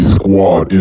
Squad